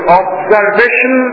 observation